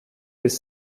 with